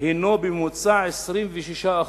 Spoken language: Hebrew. הינם בממוצע 26%,